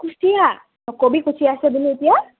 কুচিয়া নকবি কুচিয়া আছে বুলি এতিয়া